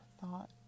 thought